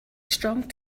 strong